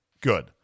good